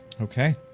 Okay